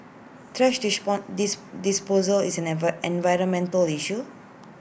thrash dis disposal is an ever environmental issue